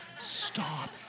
stop